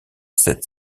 sept